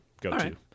go-to